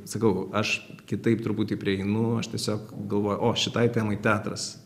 sakau aš kitaip truputį prieinu aš tiesiog galvoju o šitai temai teatras